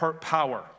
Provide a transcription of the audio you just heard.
power